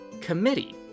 committee